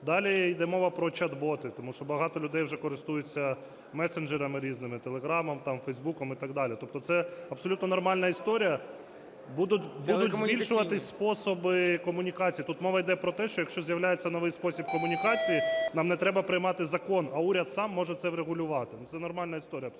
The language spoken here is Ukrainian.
Далі іде мова про чат-боти, тому що багато людей вже користуються месседжерами різними – Телеграмом там, Фейсбуком і так далі, тобто це абсолютно нормальна історія, будуть збільшуватися способи комунікацій. Тут мова іде про те, що якщо з'являється новий спосіб комунікації – нам не треба приймати закон, а уряд сам може це врегулювати, ну, це нормальна історія абсолютно.